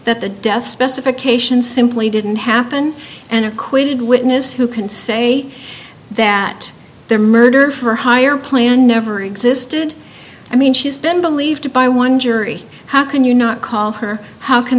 that the death specification simply didn't happen and acquitted witness who can say that their murder for hire plan never existed i mean she's been believed by one jury how can you not call her how can